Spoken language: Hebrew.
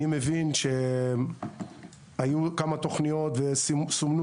אני מבין שהיו כמה תכניות וסומנו